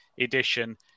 edition